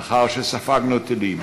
לאחר שספגנו טילים